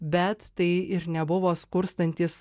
bet tai ir nebuvo skurstantys